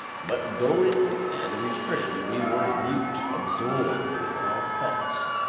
but going and returning we were mute, absorbed in our thoughts.